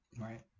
Right